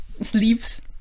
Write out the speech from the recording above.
sleeves